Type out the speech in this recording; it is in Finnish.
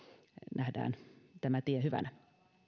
nähdään tämä tie hyvänä